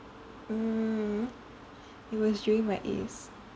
mm it was during my As